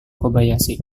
kobayashi